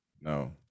no